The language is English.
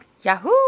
Yahoo